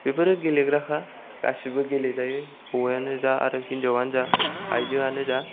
बेफोरो गेलेग्राखा गासैबो गेलेजायो हौवायानो जा आरो हिनजावानो जा आयजोआनो जा